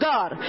God